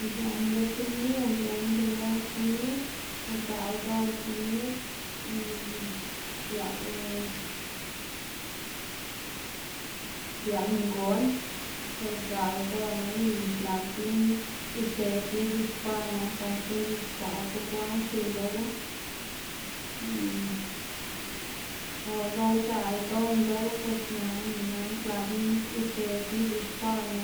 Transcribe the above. Uyaná lo ti lni uyowná be lë komid, udzaꞌl ldoꞌná komid biaꞌl biaꞌl ngon udzaꞌl ldoꞌnu y xlaꞌndná isedná ic̲h̲ixkwaꞌnu gan xkuꞌn c̲h̲ixkwaꞌwu bukwaꞌn xiu lowu, o lo udzaꞌl ldoꞌ minndoꞌwu pues ñaná xlaꞌndná isedná ic̲h̲ixkwaꞌnu